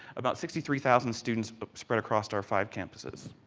about sixty three thousand students spread across to our five campuses.